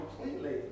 completely